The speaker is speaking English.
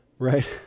right